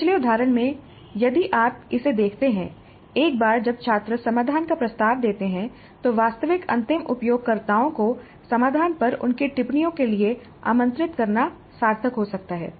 पिछले उदाहरण में यदि आप इसे देखते हैं एक बार जब छात्र समाधान का प्रस्ताव देते हैं तो वास्तविक अंतिम उपयोगकर्ताओं को समाधान पर उनकी टिप्पणियों के लिए आमंत्रित करना सार्थक हो सकता है